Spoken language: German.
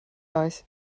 euch